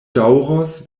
daŭros